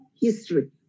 history